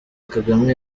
kagame